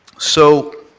so